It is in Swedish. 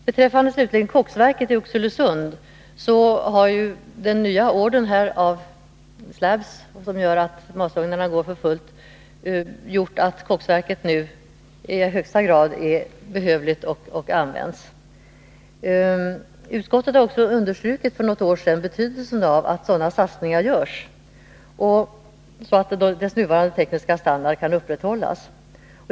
Vad slutligen beträffar koksverket i Oxelösund gör den nya ordern av slabs att masugnarna går för fullt. Detta har gjort att koksverket nu i högsta grad behövs och används. Utskottet har för något år sedan understrukit betydelsen av att sådana satsningar görs, så att nuvarande tekniska standard kan upprätthållas.